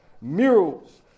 Murals